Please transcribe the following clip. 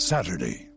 Saturday